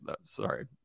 Sorry